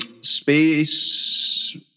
space